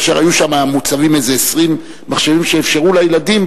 כאשר היו מוצבים שם כ-20 מחשבים שאפשרו לילדים,